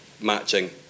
matching